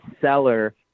seller